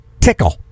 tickle